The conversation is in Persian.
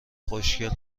خوشگل